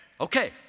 Okay